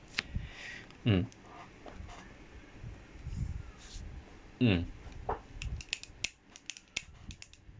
mm mm